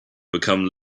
become